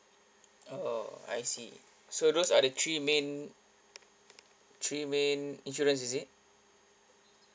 oh I see so those are the three main three main insurance is it